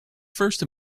first